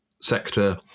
sector